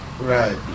Right